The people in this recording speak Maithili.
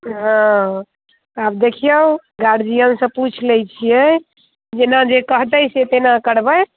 हँ आब देखिऔ गार्जियन से पूछि लैत छियै जेना जे कहतै से तेना करबै